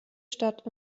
stadt